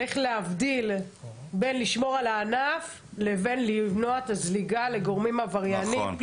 צריך להבדיל בין לשמור על הענף לבין למנוע את הזליגה לגורמים עבריינים,